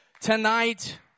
tonight